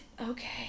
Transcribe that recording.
Okay